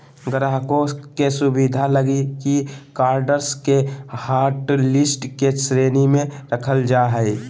ग्राहकों के सुविधा लगी ही कार्ड्स के हाटलिस्ट के श्रेणी में रखल जा हइ